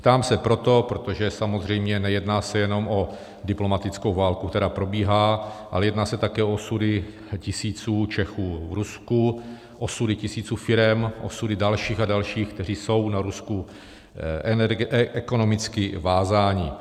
Ptám se proto, protože samozřejmě nejedná se jenom o diplomatickou válku, která probíhá, ale jedná se také o osudy tisíců Čechů v Rusku, osudy tisíců firem, osudy dalších a dalších, kteří jsou na Rusku ekonomicky vázáni.